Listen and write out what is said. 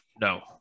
No